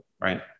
right